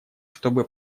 чтобы